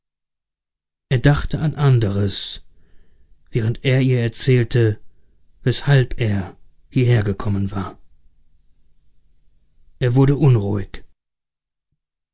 er dachte an anderes während er ihr erzählte weshalb er hierhergekommen war er wurde unruhig